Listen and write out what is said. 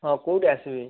ହଁ କେଉଁଠି ଆସିବି